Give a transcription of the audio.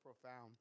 profound